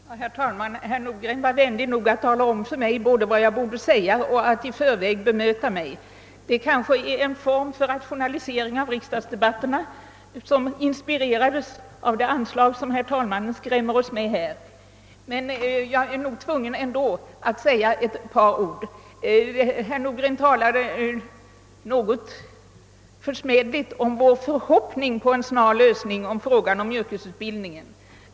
Herr talman! Herr Nordgren var vänlig nog att både tala om för mig vad jag borde säga och i förväg bemöta mina argument. Det kanske är en form för rationalisering av riksdagsdebatterna som inspirerats av det anslag som herr talmannen skrämmer oss med. Men jag är nog ändå tvungen att säga några ord. Herr Nordgren talade något försmädligt om vår förhoppning på en snar lösning av frågan om yrkesutbildningen.